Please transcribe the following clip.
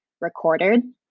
recorded